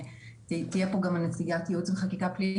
תהיה פה גם נציגת ייעוץ וחקיקה פלילי.